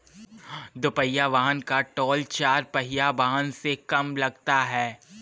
दुपहिया वाहन का टोल चार पहिया वाहन से कम लगता है